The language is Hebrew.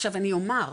עכשיו אני אומר,